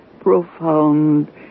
profound